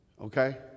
Okay